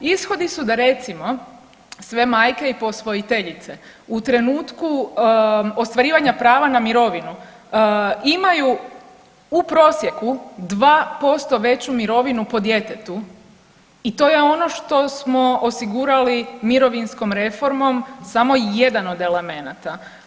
Ishodi su da recimo sve majke i posvojiteljice u trenutku ostvarivanja prava na mirovinu imaju u prosjeku 2% veću mirovinu po djetetu i to je ono što smo osigurali mirovinskom reformom samo jedan od elemenata.